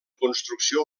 construcció